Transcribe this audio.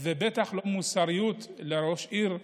ובטח לא מוסריות לראש עירייה,